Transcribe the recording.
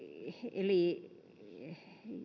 eli